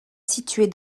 située